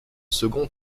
second